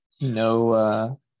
No